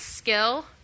Skill